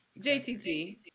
jtt